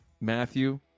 Matthew